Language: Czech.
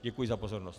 Děkuji za pozornost.